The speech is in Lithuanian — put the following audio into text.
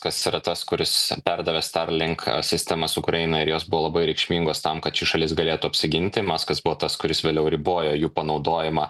kas yra tas kuris perdavęs star link sistemą su kuria eina ir jos buvo labai reikšmingos tam kad ši šalis galėtų apsiginti maskas buvo tas kuris vėliau ribojo jų panaudojimą